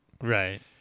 Right